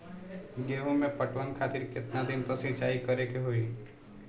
गेहूं में पटवन खातिर केतना दिन पर सिंचाई करें के होई?